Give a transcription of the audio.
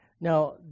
Now